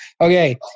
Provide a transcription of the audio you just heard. okay